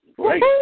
Great